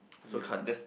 so can't ah